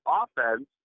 offense